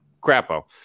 Crapo